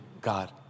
God